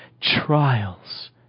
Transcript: trials